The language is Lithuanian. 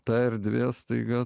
ta erdvė staiga